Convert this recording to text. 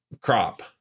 crop